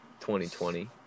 2020